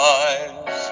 eyes